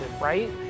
right